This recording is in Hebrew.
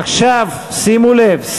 עכשיו, שימו לב.